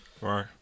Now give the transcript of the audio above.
Right